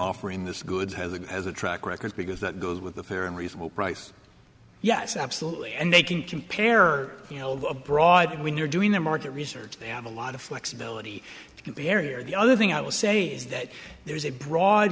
offering this goods has a has a track record because that goes with a fair and reasonable price yes absolutely and they can compare you know abroad when you're doing their market research they have a lot of flexibility to compare the other thing i will say is that there is a broad